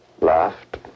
laughed